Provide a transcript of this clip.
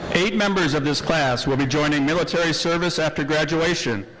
eight members of this class will be joining military service after graduation.